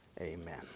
Amen